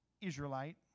Israelite